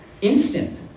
instant